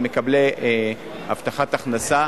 למקבלי הבטחת הכנסה,